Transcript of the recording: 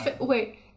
Wait